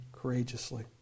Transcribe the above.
courageously